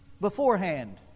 Beforehand